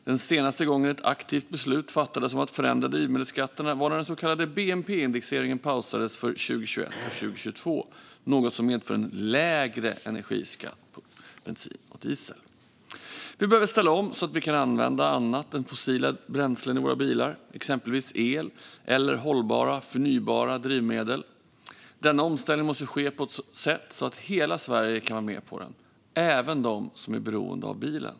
Den senaste gången ett aktivt beslut fattades om att förändra drivmedelsskatterna var när den så kallade bnp-indexeringen pausades för 2021 och 2022, något som medförde en lägre energiskatt på bensin och diesel. Vi behöver ställa om så att vi kan använda annat än fossila bränslen i våra bilar, exempelvis el eller hållbara förnybara drivmedel. Denna omställning måste ske på ett sätt så att hela Sverige kan vara med på den, även de som är beroende av bilen.